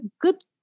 good